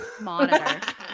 monitor